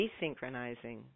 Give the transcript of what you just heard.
desynchronizing